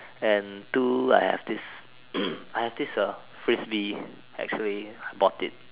and two I have this I have this uh frisbee actually bought it